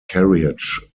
carriage